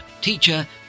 teacher